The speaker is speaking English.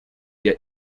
their